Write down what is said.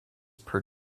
per